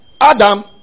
Adam